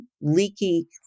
leaky